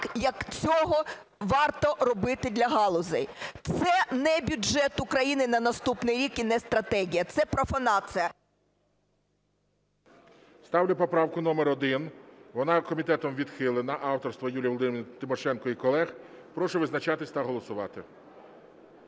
як цього варто робити для галузей. Це не бюджет України на наступний рік і не стратегія, це профанація… ГОЛОВУЮЧИЙ. Ставлю поправку номер 1. Вона комітетом відхилена, авторства Юлії Володимирівни Тимошенко і колег. Прошу визначатись та голосувати.